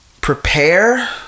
prepare